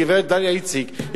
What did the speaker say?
גברת דליה איציק.